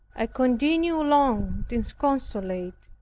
i continued long disconsolate,